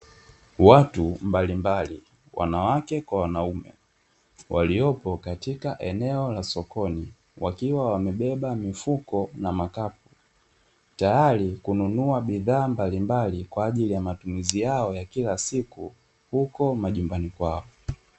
Watu mbalimbali wanawake kwa wanaume, waliopo katika eneo la sokoni wakiwa wamebeba mifuko na makapu, tayari kununua bidhaa mbalimbali kwa ajili ya matumizi yao ya kila siku huko majumbani kwao.